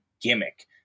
gimmick